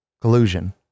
collusion